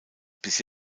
bis